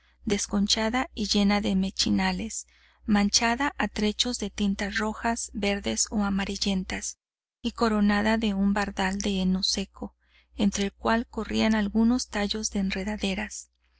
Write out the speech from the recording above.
desconchada y llena de mechinales manchada a trechos de tintas rojas verdes o amarillentas y coronada de un bardal de heno seco entre el cual corrían algunos tallos de enredaderas